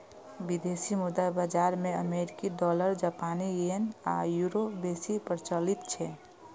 विदेशी मुद्रा बाजार मे अमेरिकी डॉलर, जापानी येन आ यूरो बेसी प्रचलित छै